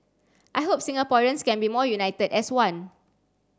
I hope Singaporeans can be more united as one